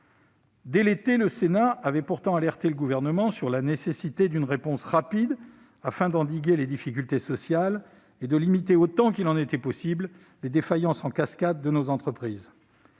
Dès l'été, le Sénat avait pourtant alerté le Gouvernement sur la nécessité d'une réponse rapide afin d'endiguer les difficultés sociales et de limiter autant que possible les défaillances en cascade de nos entreprises.